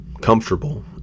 comfortable